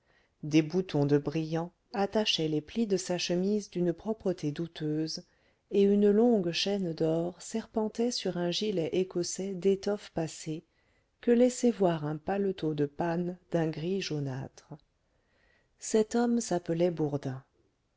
des boutons de brillants attachaient les plis de sa chemise d'une propreté douteuse et une longue chaîne d'or serpentait sur un gilet écossais d'étoffe passée que laissait voir un paletot de panne d'un gris jaunâtre cet homme s'appelait bourdin